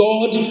God